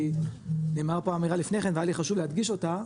כי נאמרה פה אמירה לפני כן והיה לי חשוב להדגיש אותה,